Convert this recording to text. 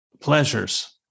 pleasures